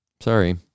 sorry